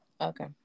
okay